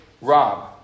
Rob